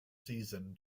season